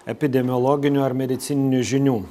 epidemiologinių ar medicininių žinių